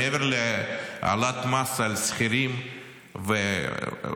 מעבר להעלאת מס על שכירים ומעסיקים,